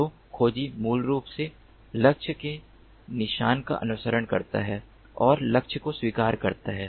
तो खोजी मूल रूप से लक्ष्य के निशान का अनुसरण करता है और लक्ष्य को स्वीकार करता है